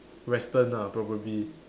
Western ah probably